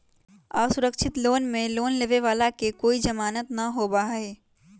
असुरक्षित लोन में लोन लेवे वाला के कोई जमानत न होबा हई